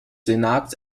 senats